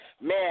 Man